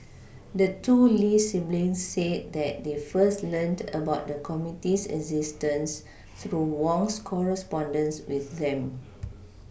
the two Lee siblings said that they first learned about the committee's existence through Wong's correspondence with them